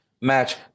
match